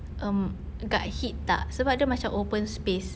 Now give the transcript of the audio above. um dekat heat tak sebab dia macam open space